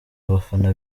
abafana